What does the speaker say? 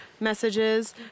messages